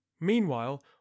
Meanwhile